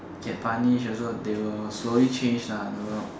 get punished also they will slowly change lah they will